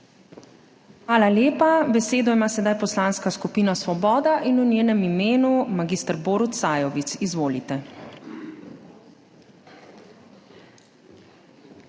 Hvala lepa. Besedo ima sedaj Poslanska skupina Svoboda in v njenem imenu mag. Borut Sajovic. Izvolite.